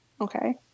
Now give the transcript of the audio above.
Okay